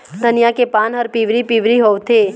धनिया के पान हर पिवरी पीवरी होवथे?